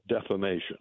defamation